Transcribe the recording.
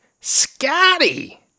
Scotty